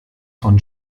von